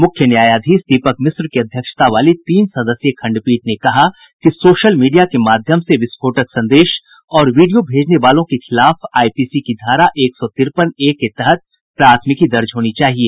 मुख्य न्यायाधीश दीपक मिश्र की अध्यक्षता वाली तीन सदस्यीय खंडपीठ ने कहा कि सोशल मीडिया के माध्यम से विस्फोटक संदेश और वीडियो भेजने वालों के खिलाफ आईपीसी की धारा एक सौ तिरपन ए के तहत प्राथमिकी दर्ज होनी चाहिए